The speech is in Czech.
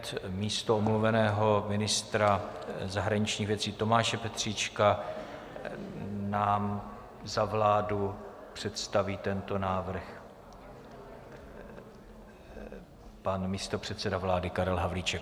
Opět místo omluveného ministra zahraničních věcí Tomáše Petříčka nám za vládu představí tento návrh pan místopředseda vlády Karel Havlíček.